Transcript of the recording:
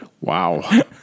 Wow